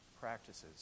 practices